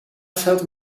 felt